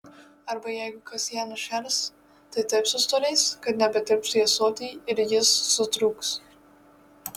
arba jeigu kas ją nušers tai taip sustorės kad nebetilps į ąsotį ir jis sutrūks